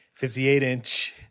58-inch